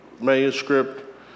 manuscript